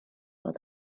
fod